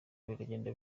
biragenda